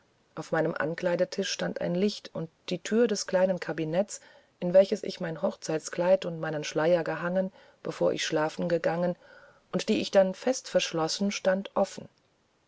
auf meinem ankleidetisch stand ein licht und die thür des kleinen kabinetts in welches ich mein hochzeitskleid und meinen schleier gehängt bevor ich schlafen gegangen und die ich dann fest verschlossen stand offen